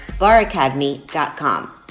BarAcademy.com